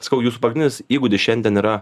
sakau jūsų pagrindinis įgūdis šiandien yra